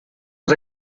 els